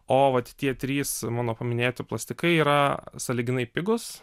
o vat tie trys mano paminėti plastikai yra sąlyginai pigūs